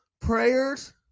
prayers